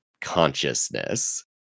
consciousness